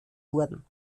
wurden